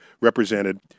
represented